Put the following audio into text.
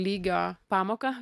lygio pamoką